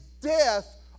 death